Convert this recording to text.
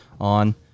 on